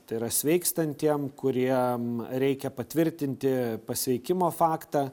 tai yra sveikstantiem kuriem reikia patvirtinti pasveikimo faktą